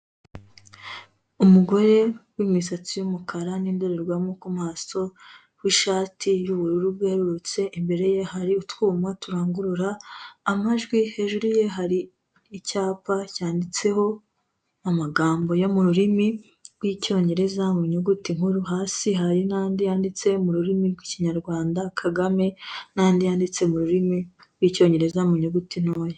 Umugore w'imisatsi y'umukara n'indorerwamo ku maso, w'ishati y'ubururu bwerurutse, imbere ye hari utwuma turangurura amajwi, hejuru ye hari icyapa cyanditseho amagambo yo mu rurimi rw'icyongereza mu nyuguti nkuru, hasi hari n'andi yanditse mu rurimi rw'Ikinyarwanda; Kagame, n'andi yanditse mu rurimi rw'icyongereza mu nyuguti ntoya.